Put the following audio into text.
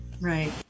Right